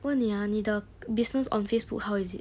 问你啊你的 business on facebook how is it